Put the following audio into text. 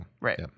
right